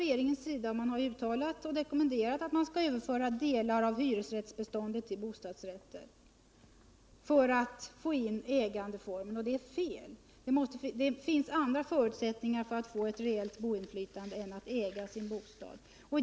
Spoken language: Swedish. Regeringen har rekommenderat att delar av hyresrättsbeståndet skall överföras till bostadsrätter för att man skall kunna få in ägandeformen. Detta anser jag vara felaktigt; det finns andra förutsättningar för att få ett reellt boendeinflytande än att äga sin bostad.